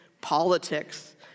politics